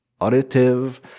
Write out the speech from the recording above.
auditive